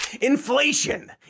inflation